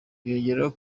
yongeyeho